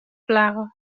plaga